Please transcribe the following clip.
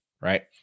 right